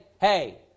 hey